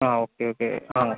ആ okay okay ആ